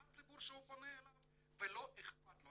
מה הציבור שהוא פונה אליו ולא אכפת לו.